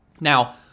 Now